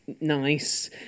nice